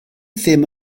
ddim